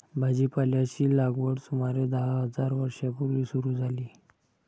भाजीपाल्याची लागवड सुमारे दहा हजार वर्षां पूर्वी सुरू झाली